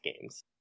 games